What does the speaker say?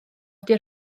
wedi